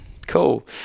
Cool